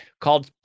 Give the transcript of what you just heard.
called